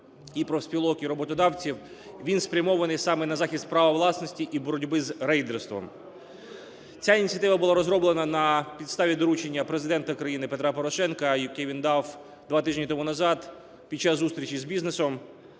і профспілок, і роботодавців. Він спрямований саме на захист права власності і боротьби з рейдерством. Ця ініціатива була розроблена на підставі доручення Президента країни Петра Порошенка, яке він дав два тижні тому назад під час зустрічі з бізнесом.